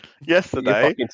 yesterday